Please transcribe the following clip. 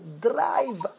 drive